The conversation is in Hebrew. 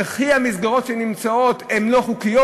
וכי המסגרות שלהם הן לא חוקיות?